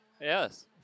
Yes